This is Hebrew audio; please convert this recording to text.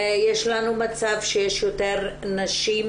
יש לנו מצב שיש יותר נשים